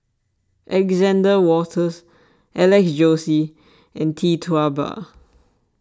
Alexander Wolters Alex Josey and Tee Tua Ba